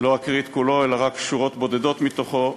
לא אקריא את כולו אלא רק שורות בודדות מתוכו: